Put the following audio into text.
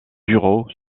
bureau